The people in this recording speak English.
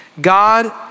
God